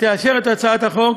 תאשר את הצעת החוק